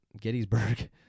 Gettysburg